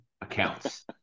accounts